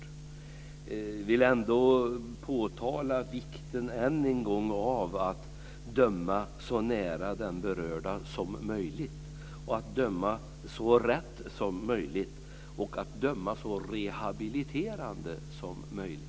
Jag vill ändå än en gång påtala vikten av att döma så nära den berörda som möjligt, att döma så rätt som möjligt och att döma så rehabiliterande som möjligt.